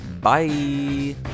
Bye